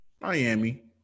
Miami